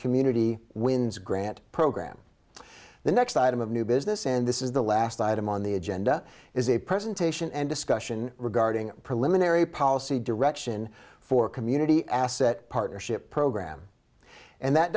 community wins grant program the next item of new business and this is the last item on the agenda is a presentation and discussion regarding preliminary policy direction for community asset partnership program and that